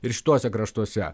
ir šituose kraštuose